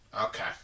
Okay